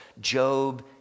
Job